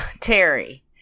Terry